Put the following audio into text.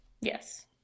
yes